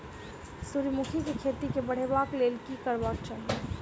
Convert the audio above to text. सूर्यमुखी केँ खेती केँ बढ़ेबाक लेल की करबाक चाहि?